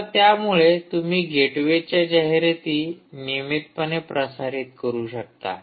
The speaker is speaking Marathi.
आता त्यामुळे तुम्ही गेटवेच्या जाहिराती नियमितपणे प्रसारित करू शकता